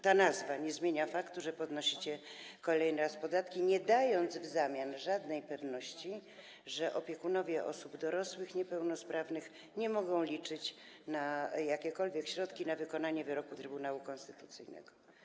Ta nazwa nie zmienia faktu, że podnosicie kolejny raz podatki, nie dając w zamian żadnej pewności - opiekunowie osób dorosłych niepełnosprawnych nie mogą liczyć na jakiekolwiek środki z tytułu wykonania wyroku Trybunału Konstytucyjnego.